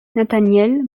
nathaniel